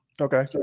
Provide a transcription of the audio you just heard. Okay